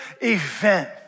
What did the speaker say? event